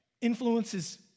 influences